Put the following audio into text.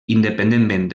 independentment